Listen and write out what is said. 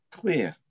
clear